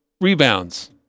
rebounds